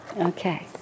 Okay